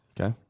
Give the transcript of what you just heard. Okay